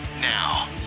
now